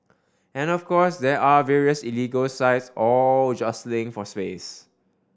and of course there are various illegal sites all jostling for space